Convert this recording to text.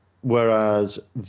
Whereas